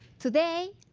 today,